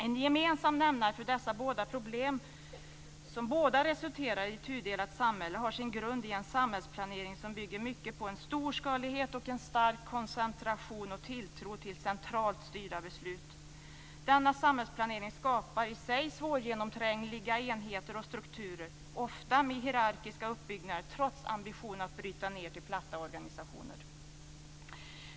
En gemensam nämnare för dessa båda problem, som båda resulterar i ett tudelat samhälle, har sin grund i en samhällsplanering som bygger mycket på en storskalighet och en stark koncentration och tilltro till centralt styrda beslut. Denna samhällsplanering skapar i sig svårgenomträngliga enheter och strukturer, ofta med hierarkiska uppbyggnader, trots ambitionen att bryta ned till platta organisationer.